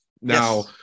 now